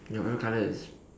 you favourite colour is